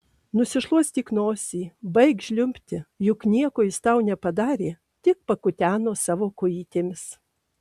nusišluostyk nosį baik žliumbti juk nieko jis tau nepadarė tik pakuteno savo kojytėmis